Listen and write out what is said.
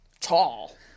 tall